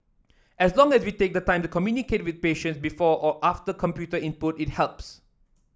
as long as we take the time to communicate with patient before or after computer input it helps